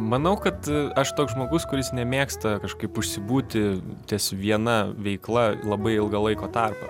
manau kad aš toks žmogus kuris nemėgsta kažkaip užsibūti ties viena veikla labai ilgą laiko tarpą